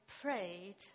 prayed